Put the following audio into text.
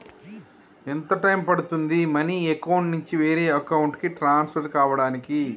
ఎంత టైం పడుతుంది money account నుంచి వేరే అకౌంట్ కి ట్రాన్స్ఫర్ కావటానికి?